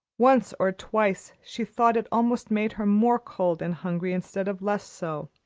once or twice she thought it almost made her more cold and hungry instead of less so.